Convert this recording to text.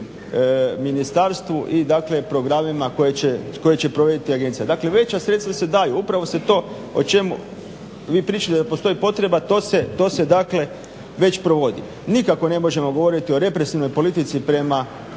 ministarstvu i dakle programima koje će provoditi agencija. Dakle, veća sredstva se daju, upravo to o čemu vi pričate da postoji potreba to se dakle već provodi. Nikako ne možemo govoriti o represivnoj politici prema